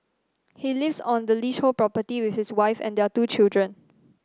he lives on the leasehold property with his wife and their two children